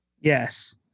yes